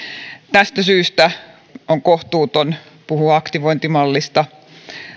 tästä syystä on kohtuuton puhua aktivointimallista